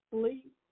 sleep